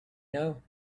know